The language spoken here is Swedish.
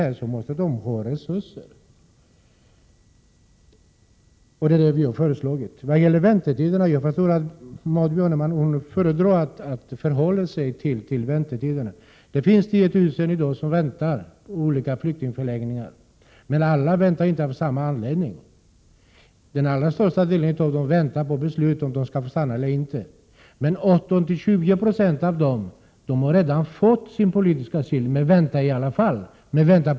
För att invandrarverket skall kunna fullgöra dessa uppgifter måste det ha bättre resurser. I dag finns det 10 000 personer på olika flyktingförläggningar som väntar. Men alla väntar inte av samma anledning. Den allra största delen av dessa personer väntar på beslut huruvida de skall få stanna eller inte. 18—20 90 av dem har redan beviljats politisk asyl men väntar i alla fall.